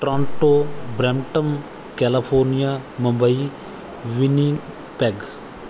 Toronto Brampton California Mumbai Winnipeg